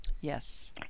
Yes